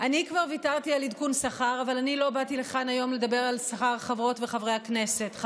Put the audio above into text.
היום לדבר על שכר חברות וחברי הכנסת.